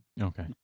Okay